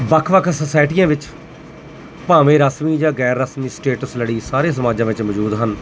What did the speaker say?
ਵੱਖ ਵੱਖ ਸੋਸਾਇਟੀਆਂ ਵਿੱਚ ਭਾਵੇਂ ਰਸਮੀ ਜਾਂ ਗੈਰ ਰਸਮੀ ਸਟੇਟਸ ਲੜੀ ਸਾਰੇ ਸਮਾਜਾਂ ਵਿੱਚ ਮੌਜੂਦ ਹਨ